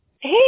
Hey